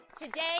Today